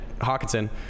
Hawkinson